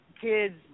kids